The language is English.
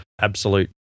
absolute